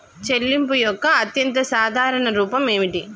చెల్లింపు యొక్క అత్యంత సాధారణ రూపం ఏమిటి?